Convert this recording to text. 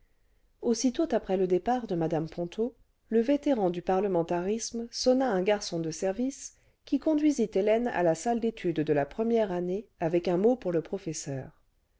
aussitôt après le départ de mmc ponto le vétéran du parlementarisme parlementarisme un garçon de service qui conduisit hélène à la salle d'études cle la première année avec un mot pour le professeur